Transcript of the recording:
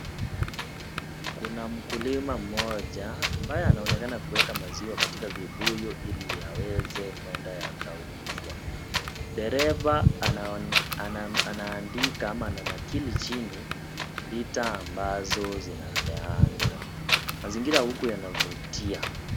Kuna mkulima mmoja ambaye anaonekana kuweka maziwa katika vibuyu ili yaweze kuenda yakauzwa, dereva anaandika ama ananakili chini lita ambazo zinapeanwa mazingira huku yanavutia.